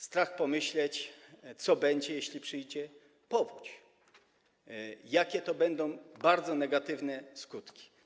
Strach pomyśleć, co będzie, jeśli przyjdzie powódź, jakie to będą bardzo negatywne skutki.